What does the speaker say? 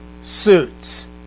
suits